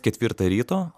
ketvirtą ryto